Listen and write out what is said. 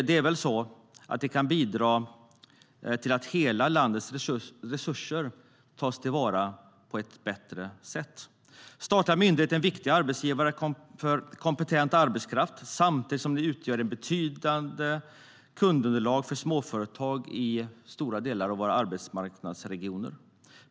Det kan bidra till att hela landets resurser tas till vara på ett bättre sätt. Statliga myndigheter är viktiga arbetsgivare för kompetent arbetskraft samtidigt som de utgör ett betydande kundunderlag för småföretag i stora delar av våra arbetsmarknadsregioner.